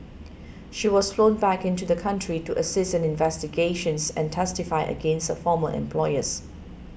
she was flown back into the country to assist in investigations and testify against her former employers